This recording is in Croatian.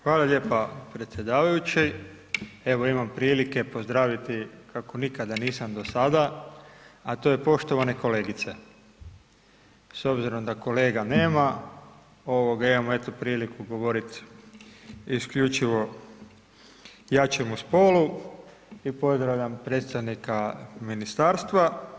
Hvala lijepa predsjedavajući, evo imam prilike pozdraviti kako nikada nisam do sada, a to je poštovane kolegice, s obzirom da kolega nema, imamo eto priliku govorit isključivo jačemu spolu i pozdravljam predstavnika ministarstva.